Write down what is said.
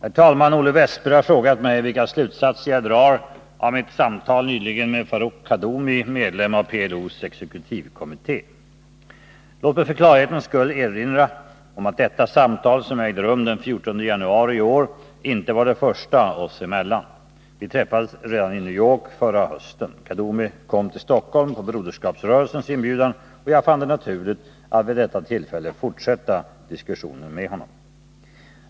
Herr talman! Olle Wästberg har frågat mig vilka slutsatser jag drar av mitt samtal nyligen med Farouk Kaddoumi, medlem av PLO:s exekutivkommitté. Låt mig för klarhetens skull erinra om att detta samtal, som ägde rum den 14 januari i år, inte var det första oss emellan. Vi träffades redan i New York förra hösten. Kaddoumi kom till Stockholm på Broderskapsrörelsens inbjudan, och jag fann det naturligt att vid detta tillfälle fortsätta diskussionen med honom.